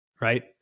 right